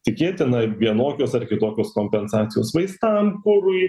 tikėtina vienokios ar kitokios kompensacijos vaistam kurui